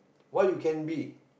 what you can be